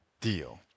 deal